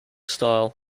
style